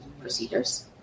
procedures